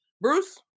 Bruce